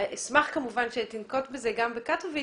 אשמח כמובן שתנקוט בזה גם בקטוביץ,